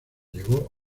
llegó